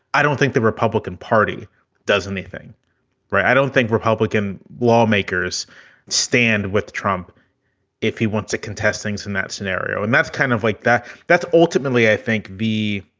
i don't think the republican party does anything right. i don't think republican lawmakers stand with trump if he wants to contest things in that scenario. and that's kind of like that that's ultimately, i think, be